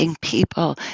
people